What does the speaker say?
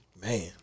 Man